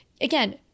again